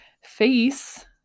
face